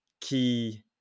key